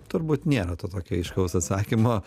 turbūt nėra to tokio aiškaus atsakymo